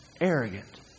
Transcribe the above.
Arrogant